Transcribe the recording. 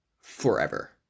forever